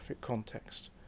context